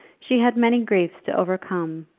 she had many griefs to overcome,